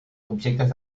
objectes